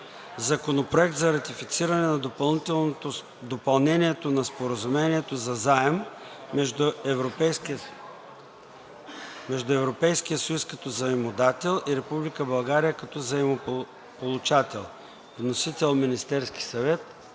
Законопроект за ратифициране на Допълнението на Споразумението за заем между Европейския съюз като заемодател и Република България като заемополучател, внесен от Министерския съвет